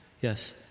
yes